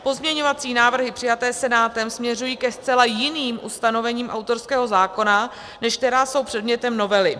Pozměňovací návrhy přijaté Senátem směřují ke zcela jiným ustanovením autorského zákona, než která jsou předmětem novely.